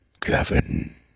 Kevin